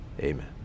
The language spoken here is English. Amen